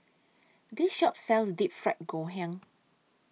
This Shop sells Deep Fried Ngoh Hiang